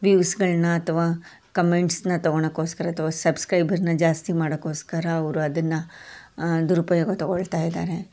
ವ್ಯೂವ್ಸ್ಗಳನ್ನ ಅಥವಾ ಕಮೆಂಟ್ಸನ್ನ ತೊಗೊಳಕ್ಕೋಸ್ಕರ ಅಥವಾ ಸಬ್ಸ್ಕ್ರೈಬರನ್ನ ಜಾಸ್ತಿ ಮಾಡೋಕ್ಕೋಸ್ಕರ ಅವರು ಅದನ್ನು ದುರುಪಯೋಗ ತೊಗೊಳ್ತಾ ಇದ್ದಾರೆ